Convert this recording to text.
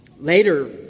later